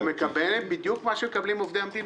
הם מקבלים בדיוק מה שמקבלים עובדי המדינה.